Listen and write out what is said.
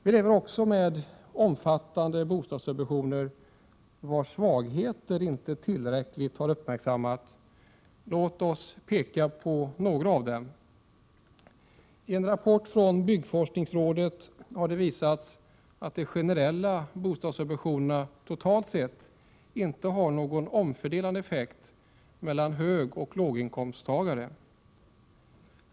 Vi lever också med omfattande bostadssubventioner, vars svagheter inte tillräckligt har uppmärksammats. Låt mig peka på några av dem. I en rapport från byggforskningsrådet har det visats att de generella bostadssubventionerna totalt sett inte har någon omfördelande effekt mellan högoch låginkomsttagare.